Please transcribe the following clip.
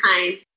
time